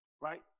right